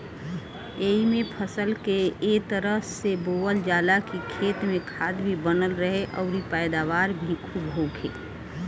एइमे फसल के ए तरह से बोअल जाला की खेत में खाद भी बनल रहे अउरी पैदावार भी खुब होखे